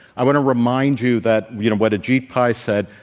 i want to remind you that, you know, what ajit pai said,